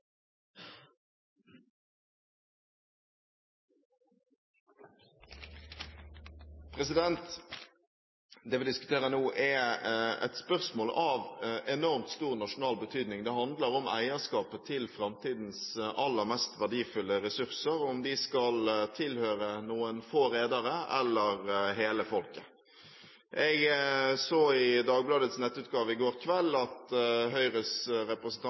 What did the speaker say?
framtidens aller mest verdifulle ressurser – om de skal tilhøre noen få redere eller hele folket. Jeg så i Dagbladets nettutgave i går kveld at Høyres representant